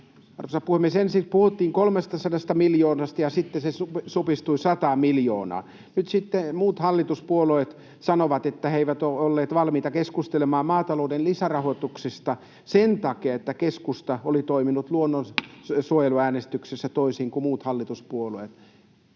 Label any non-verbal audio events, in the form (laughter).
Arvoisa puhemies! Ensin puhuttiin 300 miljoonasta, ja sitten se supistui 100 miljoonaan. Nyt sitten muut hallituspuolueet sanovat, että he eivät olleet valmiita keskustelemaan maatalouden lisärahoituksesta sen takia, että keskusta oli toiminut (noise) luonnonsuojeluäänestyksessä toisin kuin muut hallituspuolueet.